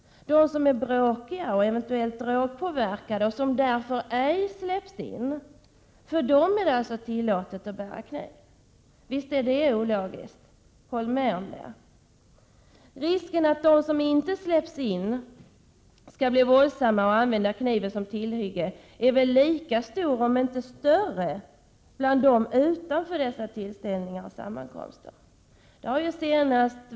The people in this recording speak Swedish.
De som är bråkiga och eventuellt drogpåverkade och som därför inte släpps in — för dem är det tillåtet att bära kniv. Håll med om att det är ologiskt! Risken att de som inte släpps in på dessa tillställningar och sammankomster skall bli våldsamma och använda kniven som tillhygge är väl lika stor, om inte större. Det har visat sig senast nu i helgen.